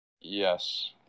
Yes